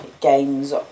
games